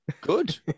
good